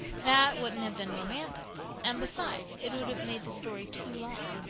that wouldn't have been romantic, and, besides, it would have made the story too long.